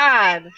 God